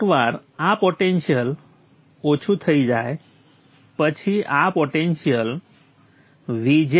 એકવાર આ પોટેન્શિયલ ઓછું થઈ જાય પછી આ પોટેન્શિયલ Vz 0